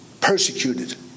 persecuted